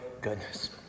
goodness